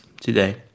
today